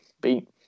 beat